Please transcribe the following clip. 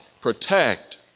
protect